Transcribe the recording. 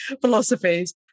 philosophies